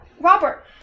Robert